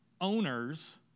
owners